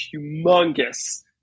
humongous